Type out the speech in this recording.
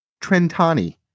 Trentani